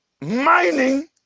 mining